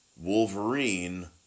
Wolverine